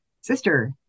Sister